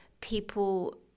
people